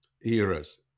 eras